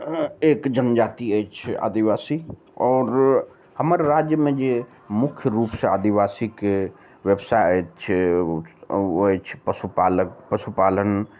एक जनजाति अछि आदिवासी आओर हमर राज्यमे जे मुख्य रूप सऽ आदिवासीके व्यवसाय अछि ओ अछि पशुपालक पशुपालन